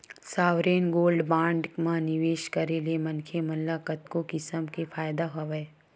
sovereign gold bond म निवेस करे ले मनखे मन ल कतको किसम के फायदा हवय